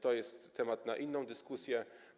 To jest temat na inną dyskusję.